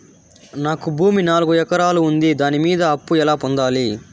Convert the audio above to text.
నాకు భూమి నాలుగు ఎకరాలు ఉంది దాని మీద అప్పు ఎలా పొందాలి?